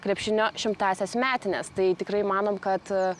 krepšinio šimtąsias metines tai tikrai manom kad